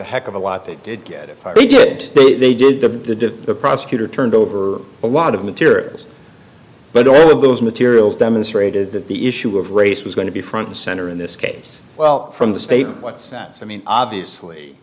a heck of a lot they did get it i did they did to the prosecutor turned over a lot of materials but all of those materials demonstrated that the issue of race was going to be front and center in this case well from the state what sense i mean obviously